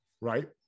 right